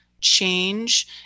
change